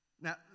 Now